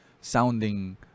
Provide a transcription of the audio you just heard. sounding